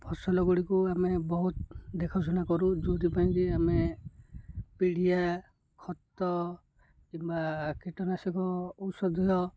ଫସଲଗୁଡ଼ିକୁ ଆମେ ବହୁତ ଦେଖାଶୁଣା କରୁ ଯେଉଁଥିପାଇଁକିି ଆମେ ପିଡ଼ିଆ ଖତ କିମ୍ବା କୀଟନାଶକ ଔଷଧୀୟ